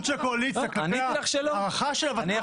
של הקואליציה כלפי ההארכה של הוותמ"ל היא בכוכבית לגבי השינויים.